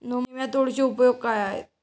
नेमाटोडचे उपयोग काय आहेत?